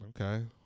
Okay